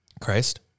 Christ